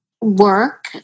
work